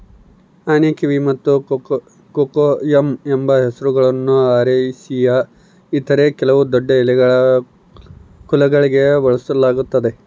ಆನೆಕಿವಿ ಮತ್ತು ಕೊಕೊಯಮ್ ಎಂಬ ಹೆಸರುಗಳನ್ನು ಅರೇಸಿಯ ಇತರ ಕೆಲವು ದೊಡ್ಡಎಲೆಗಳ ಕುಲಗಳಿಗೆ ಬಳಸಲಾಗ್ತದ